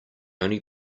only